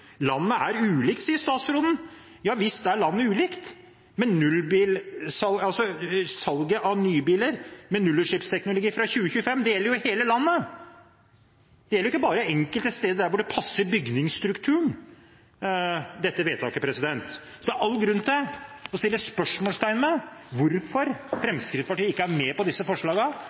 Landet er ulikt, sier statsråden. Ja, visst er landet ulikt, men salget av biler med nullutslippsteknologi fra 2025 gjelder hele landet. Dette vedtaket gjelder ikke bare enkelte steder der det passer bygningsstrukturen. Det er all grunn til å stille spørsmål ved hvorfor Fremskrittspartiet ikke er med på disse